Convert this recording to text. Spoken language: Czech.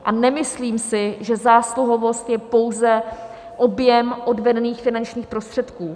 A nemyslím si, že zásluhovost je pouze objem odvedených finančních prostředků.